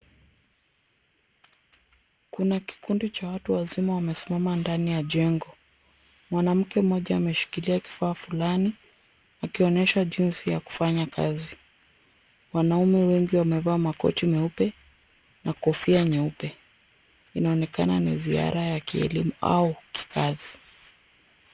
Kuna kikundi cha watu wazima wamesimama ndani ya jengo. Mwanamke mmoja ameshikilia kifaa fulani akionyeshwa jinsi ya kufanya kazi. Wanaume wengi wamevaa makoti meupe na kofia nyeupe inaonekana ni ziara ya kielimu au kikazi.